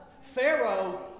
Pharaoh